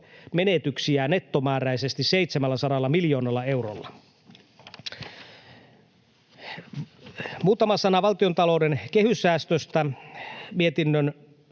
veromenetyksiä nettomääräisesti 700 miljoonalla eurolla. Muutama sana valtiontalouden kehyssäännöstä mietinnön